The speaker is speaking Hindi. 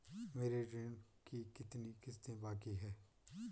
मेरे ऋण की कितनी किश्तें बाकी हैं?